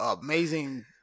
amazing